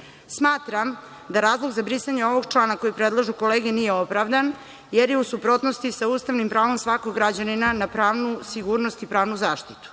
sudom. Smatram da razlog za brisanje ovog člana koji predlažu kolege nije opravdan, jer je u suprotnosti sa ustavnim pravom svakog građanina na pravnu sigurnosti i pravnu zaštitu.